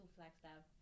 Flagstaff